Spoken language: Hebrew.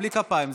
בלי כפיים.